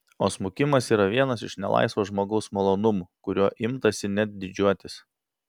o smukimas yra vienas iš nelaisvo žmogaus malonumų kuriuo imtasi net didžiuotis